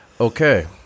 okay